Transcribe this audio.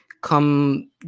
come